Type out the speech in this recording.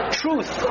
truth